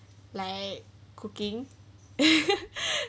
like cooking